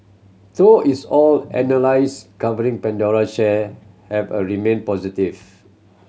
though its all analyst covering Pandora share have a remained positive